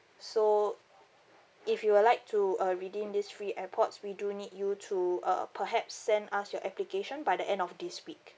so if you would like to uh redeem this free airpods we do need you to uh perhaps send us your application by the end of this week